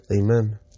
Amen